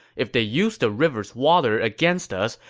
if they use the river's water against us,